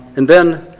and then,